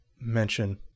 mention